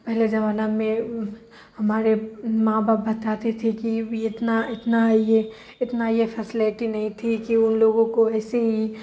پہلے زمانہ میں ہمارے ماں باپ بتاتے تھے کہ اتنا اتنا یہ اتنا یہ فسلیٹی نہیں تھی کہ ان لوگوں کو ایسی